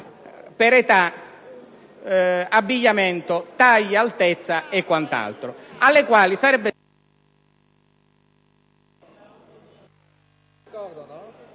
per età, abbigliamento, taglia, altezza e quant'altro